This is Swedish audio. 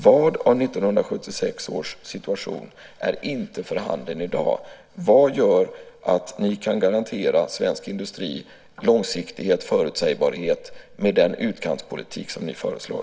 Vad av 1976 års situation är inte för handen i dag? Vad gör att ni kan garantera svensk industri långsiktighet och förutsägbarhet med den utkantspolitik som ni föreslår?